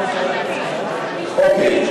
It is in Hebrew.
אוקיי.